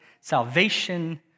salvation